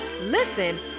listen